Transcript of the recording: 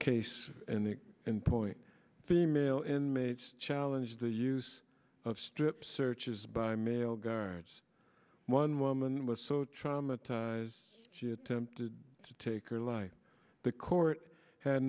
case in point female inmates challenge the use of strip searches by male guards one woman was so traumatized she attempted to take her life the court had